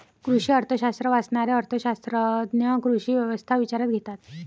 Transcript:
कृषी अर्थशास्त्र वाचणारे अर्थ शास्त्रज्ञ कृषी व्यवस्था विचारात घेतात